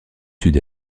sud